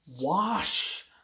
Wash